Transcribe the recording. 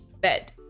bed